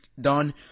done